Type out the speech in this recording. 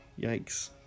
Yikes